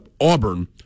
Auburn